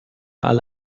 alle